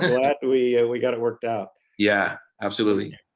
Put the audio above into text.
glad we we got it worked out yeah. absolutely.